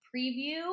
preview